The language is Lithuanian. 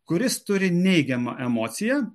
kuris turi neigiamą emociją